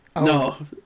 No